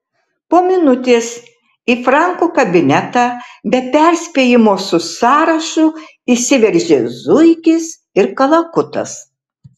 po minutės į franko kabinetą be perspėjimo su sąrašu įsiveržė zuikis ir kalakutas